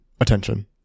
attention